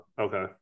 Okay